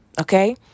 Okay